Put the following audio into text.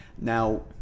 now